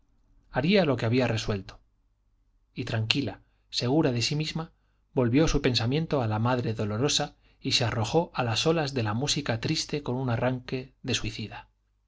haría lo que había resuelto y tranquila segura de sí misma volvió su pensamiento a la madre dolorosa y se arrojó a las olas de la música triste con un arranque de suicida